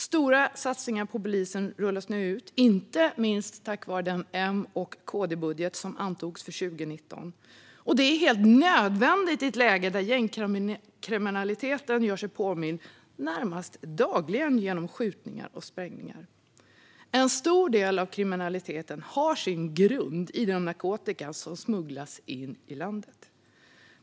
Stora satsningar på polisen rullas nu ut, inte minst tack vare den M-KD-budget som antogs för 2019. Detta är helt nödvändigt i ett läge då gängkriminaliteten gör sig påmind närmast dagligen genom skjutningar och sprängningar. En stor del av kriminaliteten har sin grund i den narkotika som smugglas in i landet.